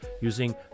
using